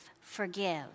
forgive